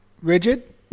Rigid